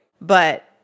But-